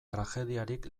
tragediarik